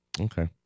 Okay